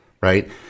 right